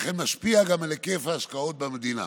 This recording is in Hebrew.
ולכן גם משפיע על היקף ההשקעות במדינה.